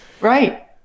Right